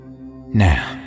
Now